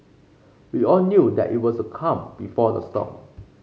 we all knew that it was the calm before the storm